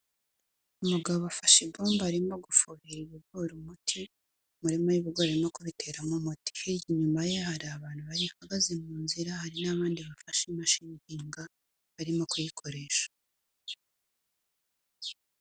Umugabo afashe ipombo arimo guvubira ibigori umuti imirima y'ibigori no kubiteramo umuti, inyuma ye hari abantu bari bahagaze mu nzira, hari n'abandi bafashe imashini ihinga barimo kuyikoresha.